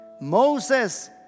Moses